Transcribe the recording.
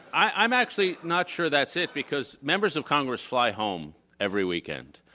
i'm actually not sure that's it because members of congress fly home every weekend.